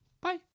Bye